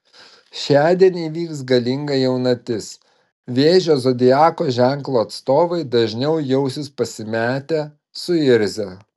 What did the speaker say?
šiandien įvyks galinga jaunatis vėžio zodiako ženklo atstovai dažniau jausis pasimetę suirzę